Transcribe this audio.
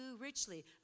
richly